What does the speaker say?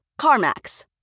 CarMax